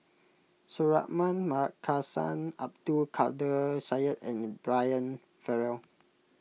Suratman Markasan Abdul Kadir Syed and Brian Farrell